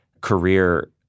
career